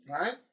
Right